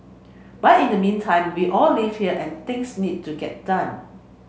but in the meantime we all live here and things need to get done